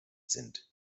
sind